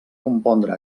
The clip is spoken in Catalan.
compondre